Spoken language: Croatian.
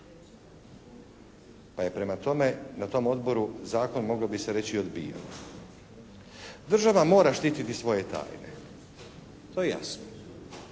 pa je prema tome na tom odboru zakon moglo bi se reći odbijen. Država mora štititi svoje tajne, to je jasno.